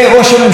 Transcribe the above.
תודה, אדוני.